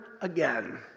again